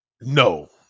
No